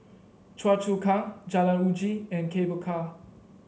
Choa Chu Kang Jalan Uji and Cable Car